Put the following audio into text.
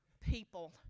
people